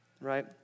Right